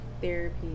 therapy